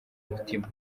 mutima